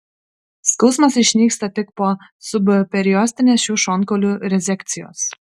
skausmas išnyksta tik po subperiostinės šių šonkaulių rezekcijos